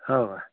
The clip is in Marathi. हो का